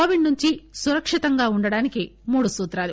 Covid నుంచి సురక్షితంగా ఉండడానికి మూడు సూత్రాలు